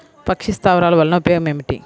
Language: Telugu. పక్షి స్థావరాలు వలన ఉపయోగం ఏమిటి?